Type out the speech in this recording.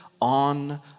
on